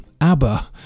ABBA